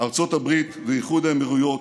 ארצות הברית ואיחוד האמירויות,